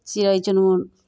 चिड़ै चुनमुन